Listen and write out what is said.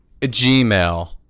gmail